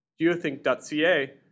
GeoThink.ca